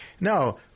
No